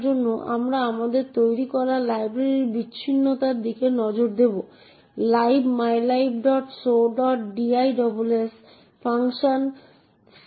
আরেকটি access control নীতি যা সাধারণ ওএস এ বাস্তবায়িত হয় তা হল সিপিইউ ডিস্ক র্যাম এবং নেটওয়ার্কের মতো সংস্থানগুলির ন্যায্য বরাদ্দ যাতে একটি প্রক্রিয়া কোনও নির্দিষ্ট সংস্থান থেকে ক্ষুধার্ত না হয়